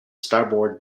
starboard